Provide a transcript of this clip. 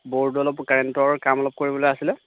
বৰ্ডৰ অলপ কাৰেণ্টৰ কাম অলপ কৰিবলৈ আছিলে